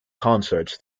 concerts